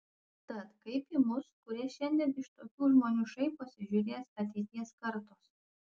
tad kaip į mus kurie šiandien iš tokių žmonių šaiposi žiūrės ateities kartos